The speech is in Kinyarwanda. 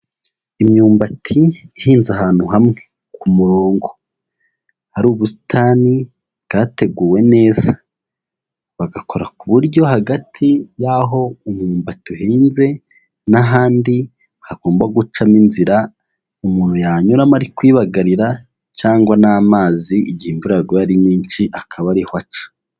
Imyumbati ihinze ahantu hamwe ku murongo, hari ubusitani bwateguwe neza, bagakora ku buryo hagati y'aho umwumba uhinze n'ahandi hagomba gucamo inzira umuntu yanyuramo ari kuyibagarira cyangwa n'amazi igihe imvura yaguye ari nyinshi akaba ariho aca.